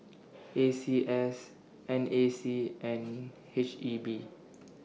A C S N A C and H E B